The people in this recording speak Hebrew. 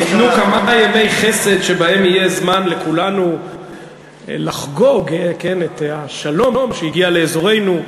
תיתנו כמה ימי חסד שבהם יהיה זמן לכולנו לחגוג את השלום שהגיע לאזורנו,